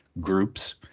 groups